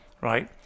right